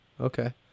Okay